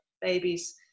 babies